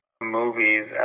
movies